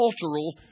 cultural